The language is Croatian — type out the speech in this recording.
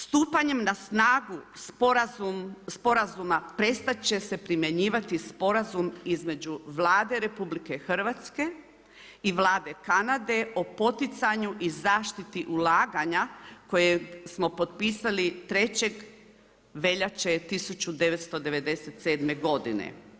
Stupanjem na snagu sporazuma prestat će se primjenjivati Sporazum između Vlade RH i Vlade Kanade o poticanju i zaštiti ulaganja koje smo potpisali 3. veljače 1997. godine.